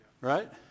Right